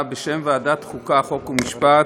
בשם ועדת החוקה חוק ומשפט,